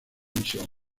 misión